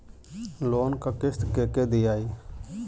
Loan क किस्त के के दियाई?